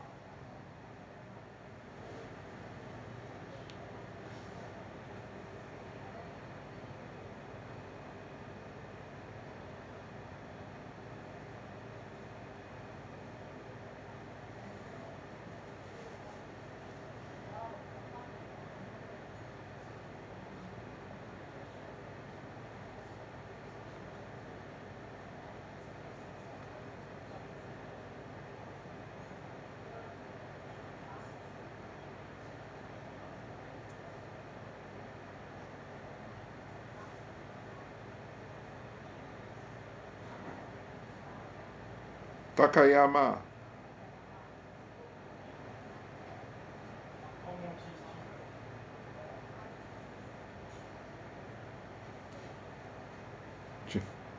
takayama